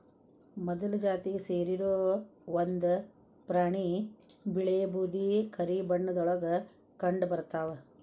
ಮೊಲದ ಜಾತಿಗೆ ಸೇರಿರು ಒಂದ ಪ್ರಾಣಿ ಬಿಳೇ ಬೂದು ಕರಿ ಬಣ್ಣದೊಳಗ ಕಂಡಬರತಾವ